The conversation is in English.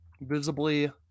visibly